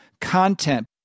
content